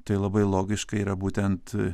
tai labai logiškai yra būtent